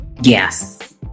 Yes